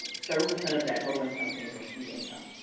seven percent of that total income came from fee income.